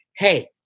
Hey